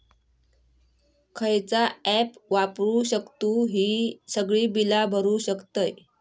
खयचा ऍप वापरू शकतू ही सगळी बीला भरु शकतय?